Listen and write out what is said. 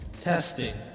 testing